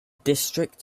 district